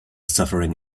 suffering